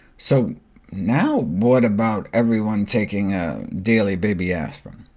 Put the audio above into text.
so now, what about everyone taking a daily baby aspirin?